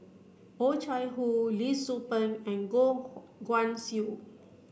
Oh Chai Hoo Lee Tzu Pheng and Goh Guan Siew